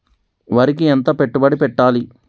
వరికి ఎంత పెట్టుబడి పెట్టాలి?